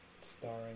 starring